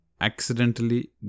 accidentally